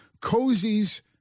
Cozy's